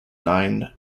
nine